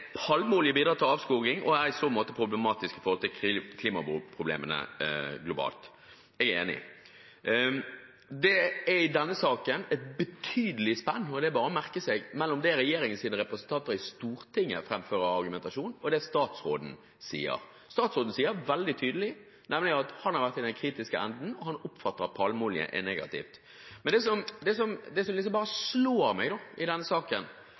i denne saken et betydelig spenn – og det er bare å merke seg – mellom det regjeringens representanter i Stortinget framfører av argumentasjon, og det statsråden sier. Statsråden sier nemlig veldig tydelig at han har vært i den kritiske enden, og han har oppfattet at palmeolje er negativt. Men det som slår meg i denne saken, er: Hvis det